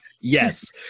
Yes